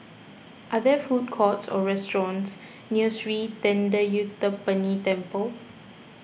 are there food courts or restaurants near Sri thendayuthapani Temple